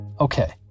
Okay